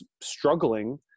struggling